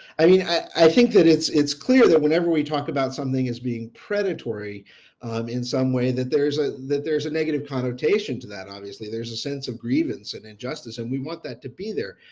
i mean i think that it's it's clear that whenever we talk about something as being predatory um in some way that there's ah that there's a negative connotation to that. obviously there's a sense of grievance and injustice and we want that to be there.